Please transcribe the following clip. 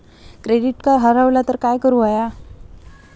Credit card हरवला तर काय करुक होया?